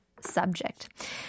subject